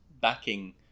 backing